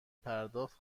پرداخت